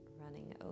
running